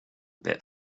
bit